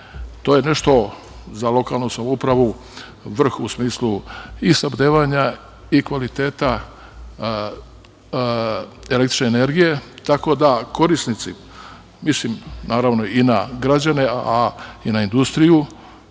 To je nešto za lokalnu samoupravu vrh u smislu i snabdevanja i kvaliteta električne energije, tako da korisnici, mislim naravno i na građane, a i na industriju